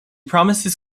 promises